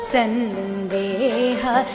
Sandeha